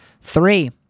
three